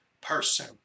person